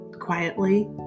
quietly